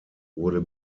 wurde